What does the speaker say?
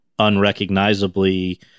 unrecognizably